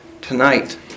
tonight